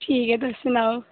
ठीक ऐ तुस सनाओ